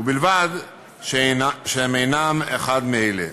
ובלבד שהם אינם אחד מאלה: